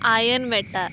आयन मेटा